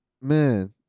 Man